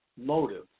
motive